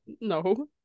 No